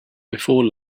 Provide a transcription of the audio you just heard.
before